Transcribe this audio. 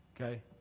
Okay